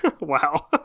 Wow